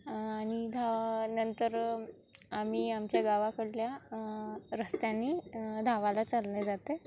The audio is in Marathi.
आणि धावानंतर आम्ही आमच्या गावाकडल्या रस्त्याने धावायला चालली जाते